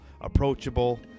approachable